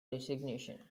designation